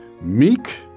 meek